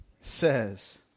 says